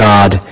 God